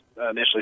initially